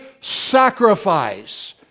sacrifice